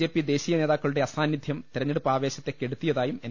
JP ദ്ദേശീയ നേതാക്കളുടെ അസാന്നിധ്യം തെരഞ്ഞെടുപ്പ് ആവേശത്തെ കെടുത്തിയതായും എൻ